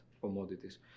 commodities